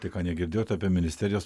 tai ką negirdėjot apie ministerijas